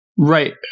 Right